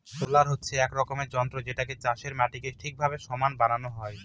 roller হচ্ছে এক রকমের যন্ত্র যেটাতে চাষের মাটিকে ঠিকভাবে সমান বানানো হয়